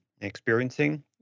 experiencing